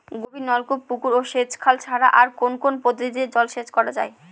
গভীরনলকূপ পুকুর ও সেচখাল ছাড়া আর কোন কোন পদ্ধতিতে জলসেচ করা যায়?